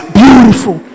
beautiful